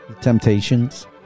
Temptations